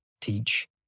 teach